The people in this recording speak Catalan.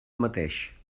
mateix